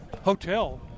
hotel